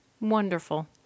Wonderful